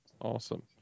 awesome